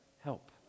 help